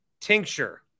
tincture